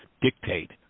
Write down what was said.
dictate